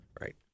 Right